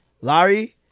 Larry